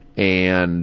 and